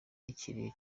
ikiriyo